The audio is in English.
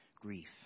grief